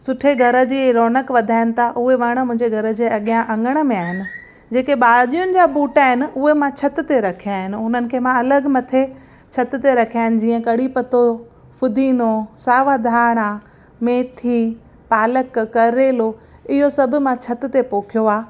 सुठे घर जी रौनक वधाइनि था उहे वण मुंहिंजे घर जे अॻियां अंॻण में आहिनि जेके भाॼियुनि जा बूटा आहिनि उहे मां छिति ते रखिया आहिनि उन्हनि खे मां अलॻि मथे छिति ते रखिया आहिनि जीअं कढ़ी पत्तो फ़ुदीनो सावा धाणा मेथी पालक करेलो इहो सभु मां छिति ते पोखियो आहे